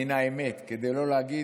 מן האמת, כדי לא להגיד